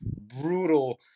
brutal